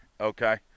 Okay